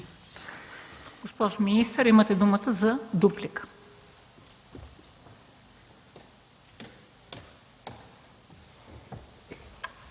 Госпожо министър, имате думата за дуплика.